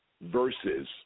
versus